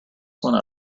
one